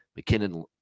McKinnon